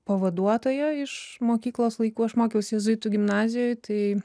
pavaduotoją iš mokyklos laikų aš mokiausi jėzuitų gimnazijoj tai